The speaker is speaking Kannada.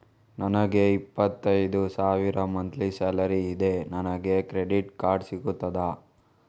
ನನಗೆ ಇಪ್ಪತ್ತೈದು ಸಾವಿರ ಮಂತ್ಲಿ ಸಾಲರಿ ಇದೆ, ನನಗೆ ಕ್ರೆಡಿಟ್ ಕಾರ್ಡ್ ಸಿಗುತ್ತದಾ?